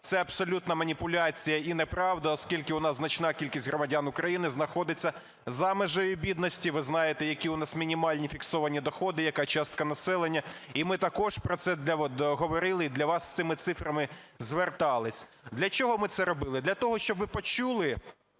це абсолютна маніпуляція і неправда. Оскільки у нас значна кількість громадян України знаходиться за межею бідності. Ви знаєте, які у нас мінімальні фіксовані доходи, яка частка населення. І ми також про це говорили і до вас з цими цифрами звертались. Для чого ми це робили? Для того, щоб ви почули